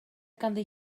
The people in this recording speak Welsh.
ganddi